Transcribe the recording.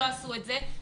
לא עשו את זה,